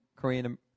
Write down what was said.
Korean